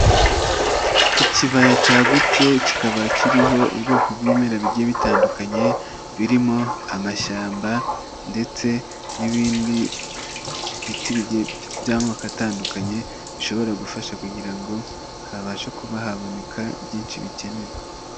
Ikibaya cyagutse kikaba kiriho ubwoko bw'ibimera bigiye bitandukanye birimo amashyamba ndetse n'ibindi biti by'amoko atandukanye bishobora gufasha kugira ngo habashe kuba haboneka byinshi bikenerwa.